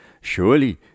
Surely